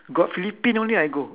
got philippine only I go